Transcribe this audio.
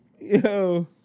Yo